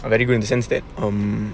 it very good in the sense that um